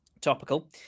topical